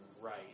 right